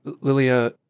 Lilia